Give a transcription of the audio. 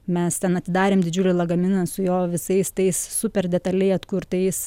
mes ten atidarėm didžiulį lagaminą su jo visais tais super detaliai atkurtais